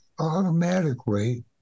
automatically